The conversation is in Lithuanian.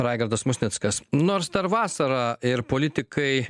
raigardas musnickas nors dar vasara ir politikai